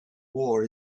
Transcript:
war